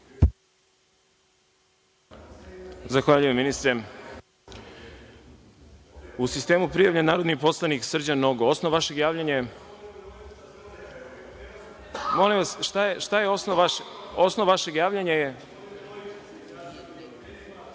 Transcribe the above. Zahvaljujem, ministre.U sistemu prijavljen narodni poslanik Srđan Nogo. Osnov vašeg javljanja je? Molim vas, osnov vašeg javljanja